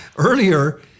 Earlier